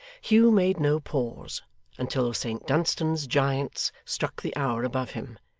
hugh made no pause until saint dunstan's giants struck the hour above him,